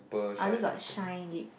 I only got shine lip